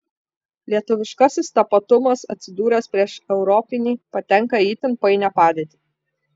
lietuviškasis tapatumas atsidūręs prieš europinį patenka į itin painią padėtį